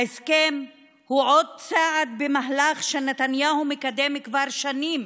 ההסכם הוא עוד צעד במהלך שנתניהו מקדם כבר שנים: